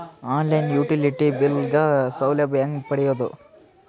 On line utility bill ಗ ಸೌಲಭ್ಯ ಹೇಂಗ ಪಡೆಯೋದು?